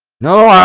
no